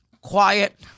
quiet